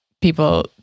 people